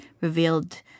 revealed